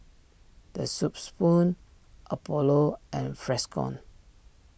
the Soup Spoon Apollo and Freshkon